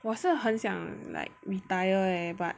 我是很想 like retire eh but